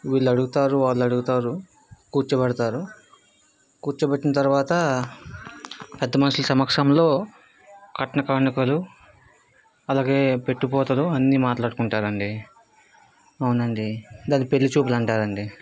వీళ్ళు అడుగుతారు వాళ్ళు అడుగుతారు కూర్చోబెడతారు కూర్చోబెట్టిన తర్వాత పెద్ద మనుషుల సమక్షంలో కట్నకానుకలు అలాగే పెట్టి పోతలు అన్నీ మాట్లాడుకుంటారు అండి అవునండి దాని పెళ్ళి చూపులు అంటారు అండి